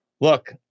Look